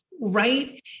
Right